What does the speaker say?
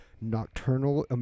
Nocturnal